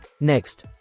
Next